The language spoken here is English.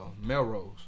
Melrose